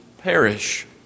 perish